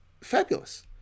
fabulous